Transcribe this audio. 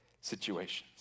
situations